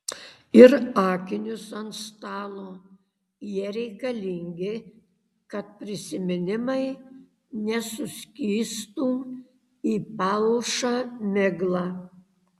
ir akinius ant stalo jie reikalingi kad prisiminimai nesuskystų į palšą miglą